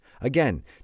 Again